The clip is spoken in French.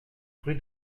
rue